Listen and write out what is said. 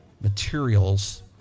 materials